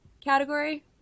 category